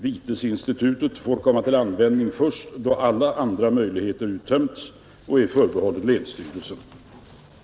Vitesinstitutet får komma till användning först då alla andra möjligheter uttömts, och är förbehållet länsstyrelsen. att lämna uppgift till folkoch bostadsräkningen